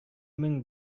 мең